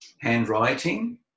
handwriting